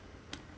mmhmm